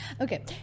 Okay